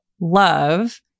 love